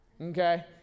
okay